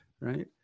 right